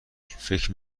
فکر